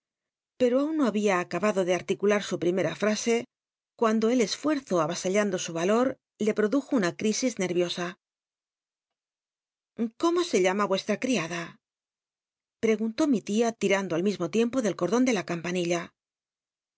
pero aun no había acabado de a rliculat su pl'imcra ftase cuando el osfuerzo ay asallando su yalor le produjo una cd is ner viosa oómo se llama ueslra criada ll'egunló mi tia tirando al mismo tiempo del cordon de la campanilla